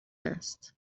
است